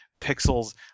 pixels